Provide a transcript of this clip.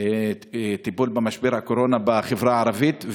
טיפול במשבר הקורונה בחברה הערבית.